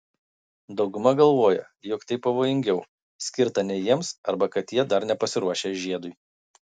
dauguma galvoja jog tai pavojingiau skirta ne jiems arba kad jie dar nepasiruošę žiedui